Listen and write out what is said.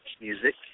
music